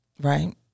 Right